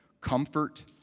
Comfort